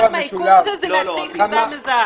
מהעיכוב הזה זה להציג תעודת זהות.